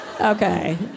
Okay